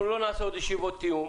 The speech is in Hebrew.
אנחנו לא נעשו עוד ישיבות תיאום